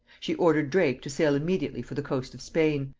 she ordered drake to sail immediately for the coast of spain,